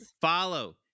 follow